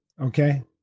okay